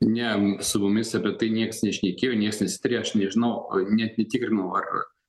ne su mumis apie tai nieks nešnekėjo nieks nesitarė aš nežinau net netikrinau ar